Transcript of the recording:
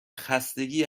خستگی